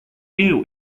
eel